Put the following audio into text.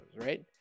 right